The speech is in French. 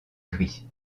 gris